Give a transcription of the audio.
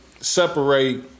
separate